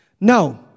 no